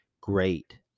great